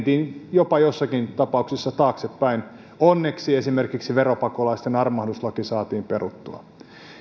jopa jossakin tapauksessa taaksepäin onneksi esimerkiksi veropakolaisten armahduslaki saatiin peruttua